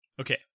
Okay